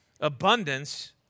abundance